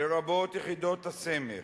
לרבות יחידות הסמך,